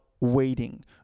waiting